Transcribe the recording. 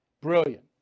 Brilliant